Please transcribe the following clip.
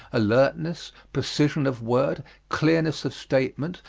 alertness, precision of word, clearness of statement,